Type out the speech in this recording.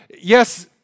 Yes